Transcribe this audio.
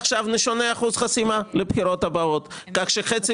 עכשיו נשנה את אחוז החסימה לבחירות הבאות כך שחצי